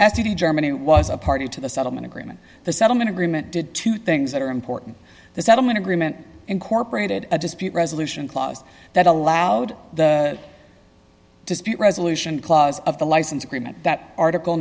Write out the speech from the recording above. to germany was a party to the settlement agreement the settlement agreement did two things that are important the settlement agreement incorporated a dispute resolution clause that allowed the dispute resolution clause of the license agreement that article